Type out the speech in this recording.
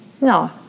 no